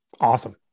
Awesome